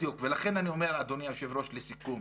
בדיוק, לכן אני אומר, אדוני היושב ראש, לסיכום,